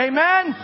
Amen